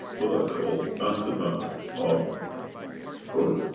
what i call, aftermath of corona.